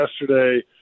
yesterday